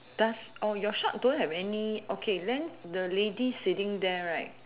does oh your shark don't have any okay then the lady sitting there right